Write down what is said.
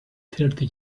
thirty